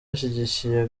ashyigikiye